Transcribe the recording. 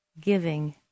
giving